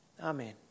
Amen